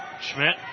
Schmidt